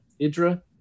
IDRA